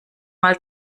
mal